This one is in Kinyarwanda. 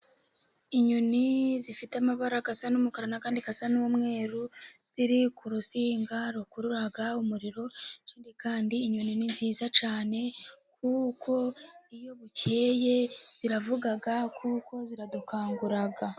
Inyoni zifite amabara asa n'umukara, andi asa n'umweru ziri ku rutsinga rukurura umuriro. Ikindi kandi inyoni ni nziza cyane, kuko iyo bukeye ziravuga kuko ziradukangura.